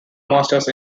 masters